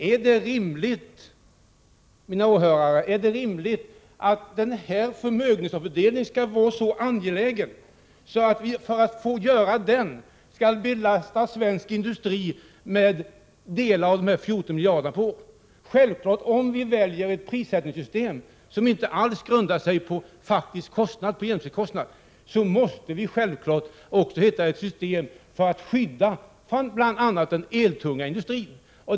Är det rimligt, mina åhörare, att denna förmögenhetsomfördelning skall vara så angelägen att vi för att få göra den skall belasta svensk industri med delar av dessa 14 miljarder per år? Om vi väljer ett prissättningssystem som inte alls grundar sig på faktisk kostnad, måste vi självfallet också hitta ett system för att skydda bl.a. den eltunga industrin.